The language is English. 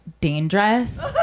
dangerous